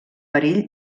perill